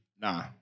Nah